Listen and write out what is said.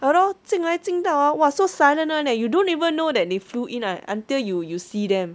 !hannor! 进来进到 hor !wah! so sudden [one] eh you don't even know that they flew in un~ until you you see them